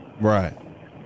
Right